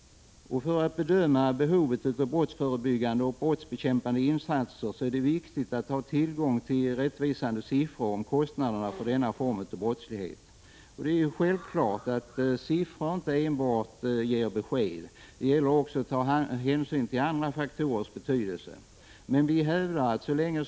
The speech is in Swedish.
För att bedöma behovet av brottsförebyggande och brottsbekämpande insatser är det viktigt att ha tillgång till rättvisande siffror beträffande kostnaderna för denna form av brottslighet. Det är självklart att enbart siffror inte ger besked. Det gäller att också ta hänsyn till andra faktorers Prot. 1985/86:154 betydelse.